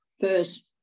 first